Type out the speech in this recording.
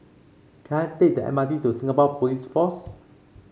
can I take the M R T to Singapore Police Force